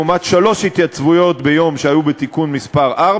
לעומת שלוש התייצבויות ביום שהיו בתיקון מס' 4,